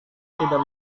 tidak